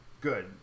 good